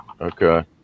Okay